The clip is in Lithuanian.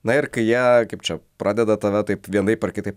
na ir kai jie kaip čia pradeda tave taip vienaip ar kitaip